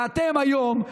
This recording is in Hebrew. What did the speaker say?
ואתם, היום,